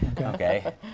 Okay